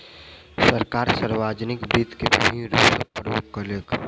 सरकार, सार्वजानिक वित्त के विभिन्न रूप सॅ उपयोग केलक